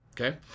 okay